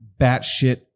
batshit